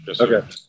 Okay